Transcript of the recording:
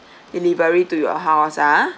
delivery to your house ah